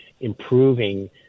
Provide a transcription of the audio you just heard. improving